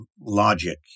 logic